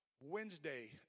Wednesday